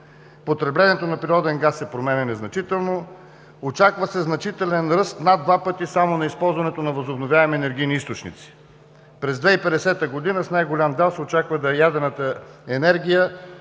потреблението на природен газ се променя значително, очаква се значителен ръст над два пъти само на използването на възобновяеми енергийни източници. През 2010 г. с най-голям дял се очаква да е ядрената енергия,